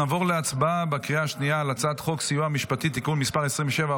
נעבור להצבעה בקריאה השנייה על הצעת חוק הסיוע המשפטי (תיקון מס' 27,